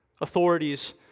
Authorities